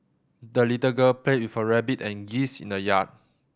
the little girl played with her rabbit and geese in the yard